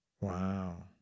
Wow